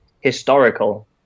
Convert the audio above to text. historical